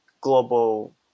global